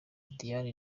diane